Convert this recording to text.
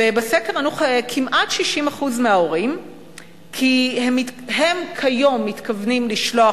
ובסקר ענו כמעט 60% מההורים כי הם כיום מתכוונים לשלוח